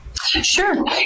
Sure